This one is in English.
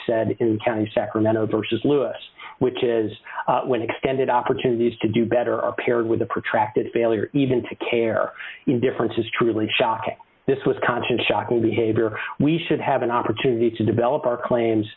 in county sacramento versus lewis which is when extended opportunities to do better are paired with a protracted failure even to care indifference is truly shocking this was conscious shako behavior we should have an opportunity to develop our claims